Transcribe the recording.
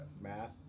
math